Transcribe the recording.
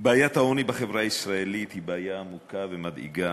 בעיית העוני בחברה הישראלית היא בעיה עמוקה ומדאיגה,